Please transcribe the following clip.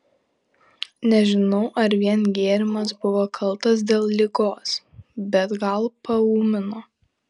nežinau ar vien gėrimas buvo kaltas dėl ligos bet gal paūmino